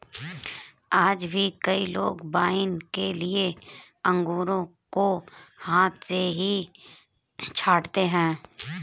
आज भी कई लोग वाइन के लिए अंगूरों को हाथ से ही छाँटते हैं